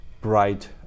bright